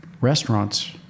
restaurants